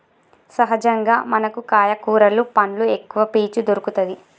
సహజంగా మనకు కాయ కూరలు పండ్లు ఎక్కవ పీచు దొరుకతది